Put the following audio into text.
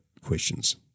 questions